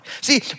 See